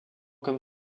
comme